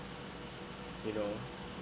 you know